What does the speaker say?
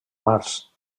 març